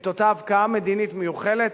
את אותה הבקעה מדינית מיוחלת,